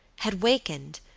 had wakened,